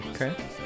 Okay